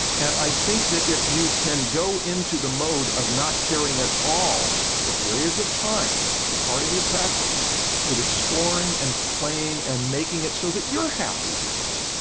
and i think that if you can go into the mode of not caring at all for periods of time for part of your practice with exploring and playing and making it so that you're happy with it